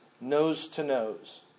nose-to-nose